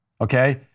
okay